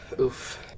Oof